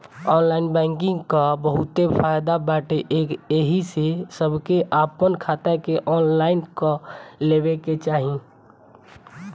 online banking कअ बहुते फायदा बाटे एही से सबके आपन खाता के ऑनलाइन कअ लेवे के चाही